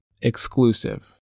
exclusive